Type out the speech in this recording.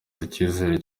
icyizere